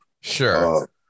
Sure